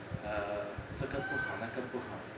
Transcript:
err 这个不好那个不好